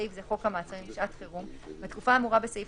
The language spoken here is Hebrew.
ולכן אנחנו רוצים